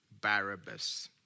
Barabbas